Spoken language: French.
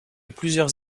plusieurs